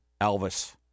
Elvis